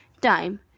time